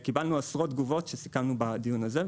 קיבלנו עשרות תגובות שסיכמנו בדיון הזה,